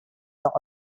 not